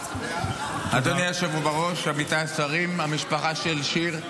אדוני היושב בראש, עמיתיי השרים, המשפחה של שיר,